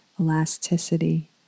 elasticity